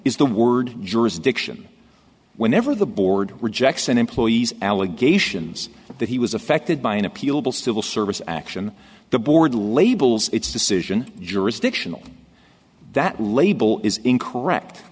is the word jurisdiction whenever the board rejects an employee's allegations that he was affected by an appealable civil service action the board labels its decision jurisdictional that label is incorrect